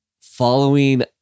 following